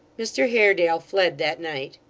mr haredale fled that night.